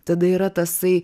tada yra tasai